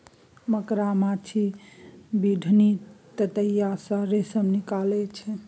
मकड़ा, माछी, बिढ़नी, ततैया सँ रेशम निकलइ छै